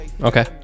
Okay